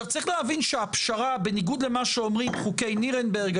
צריך להבין שהפשרה בניגוד למה שאומרים חוקי נירנברג,